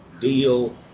deal